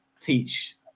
teach